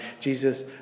Jesus